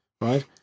right